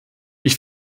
ich